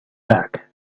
back